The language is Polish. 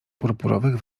purpurowych